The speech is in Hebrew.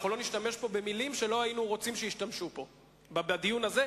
אנחנו לא נשתמש פה במלים שלא היינו רוצים שישתמשו בדיון הזה,